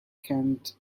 kent